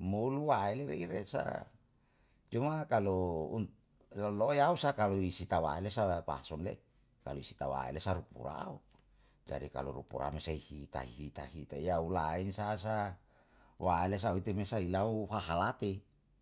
moulu waele lei wesa. Cuma kalu liyo lou saka lewisi tawaele sala pasun le, kalu si tawaele sahu upu jadi kalu upu rame sei hita hita hita yau lainsa sa, waele sa utimisa he lau hahalate